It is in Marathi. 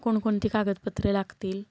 कोणकोणती कागदपत्रे लागतील